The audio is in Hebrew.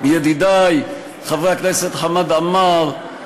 אל ידידי חברי הכנסת חמד עמאר,